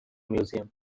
museum